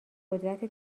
قدرت